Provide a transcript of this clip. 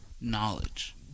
Knowledge